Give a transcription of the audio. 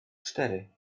cztery